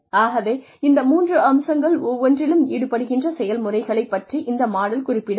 ஆகவே இந்த மூன்று அம்சங்கள் ஒவ்வொன்றிலும் ஈடுபடுகின்ற செயல்முறைகளைப் பற்றி இந்த மாடல் குறிப்பிடவில்லை